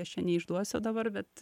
aš čia neišduosiu dabar bet